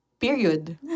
Period